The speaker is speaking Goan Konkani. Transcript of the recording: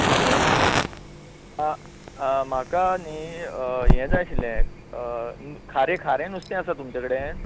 हालो म्हाका न्ही हें जाय आशिल्लें खारें खारें नुस्तें आसा तुमचें कडेन